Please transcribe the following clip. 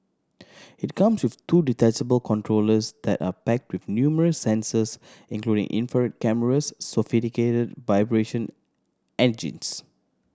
it comes with two detachable controllers that are packed with numerous sensors including infrared cameras sophisticated vibration engines